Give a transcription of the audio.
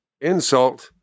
insult